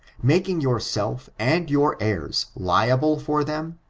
making yourself, and your heirs, liable for them,